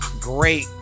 great